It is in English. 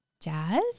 jazz